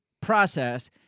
process